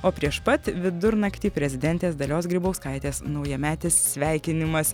o prieš pat vidurnaktį prezidentės dalios grybauskaitės naujametis sveikinimas